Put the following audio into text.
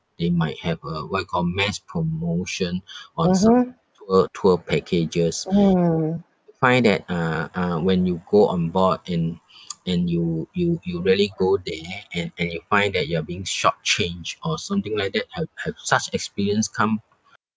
they might have a what you call mass promotion on some tour tour packages I find that uh uh when you go on board and and you you you really go there and and you find that you are being short changed or something like that have have such experience come